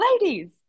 ladies